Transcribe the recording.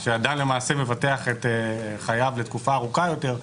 כשאדם למעשה מבטח את חייו לתקופה ארוכה יותר,